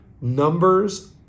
Numbers